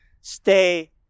stay